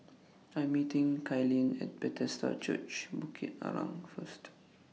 I Am meeting Kaylyn At Bethesda Church Bukit Arang First